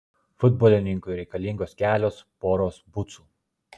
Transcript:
futbolininkui reikalingos kelios poros bucų